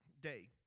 day